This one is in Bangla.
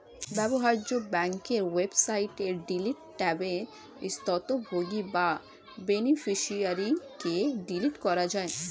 ব্যবহার্য ব্যাংকের ওয়েবসাইটে ডিলিট ট্যাবে স্বত্বভোগী বা বেনিফিশিয়ারিকে ডিলিট করা যায়